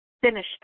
finished